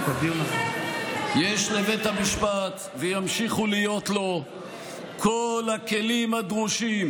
יש לבית המשפט וימשיכו להיות לו כל הכלים הדרושים